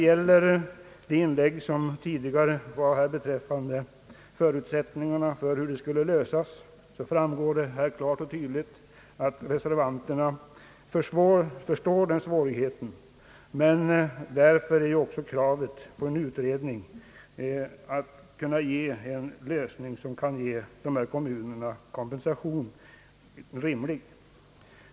Av de inlägg som tidigare har gjorts här beträffande förutsättningarna för en lösning framgår det klart och tydligt att reservanterna förstår den svårigheten. Men därför är också kravet på en utredning för att komma fram till en lösning som kan ge ifrågavarande kommuner kompensation rimligt.